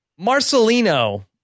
marcelino